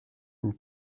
une